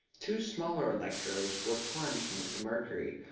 two smaller electrodes were plunged into the mercury,